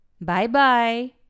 Bye-bye